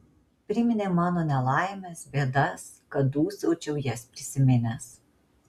priminė mano nelaimes bėdas kad dūsaučiau jas prisiminęs